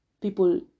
people